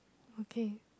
okay